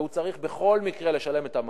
והוא צריך בכל מקרה לשלם את המס,